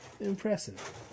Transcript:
Impressive